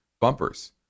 bumpers